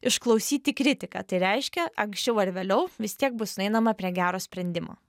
išklausyti kritiką tai reiškia anksčiau ar vėliau vis tiek bus einama prie gero sprendimo